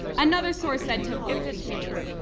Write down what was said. another source said to avoid cliches.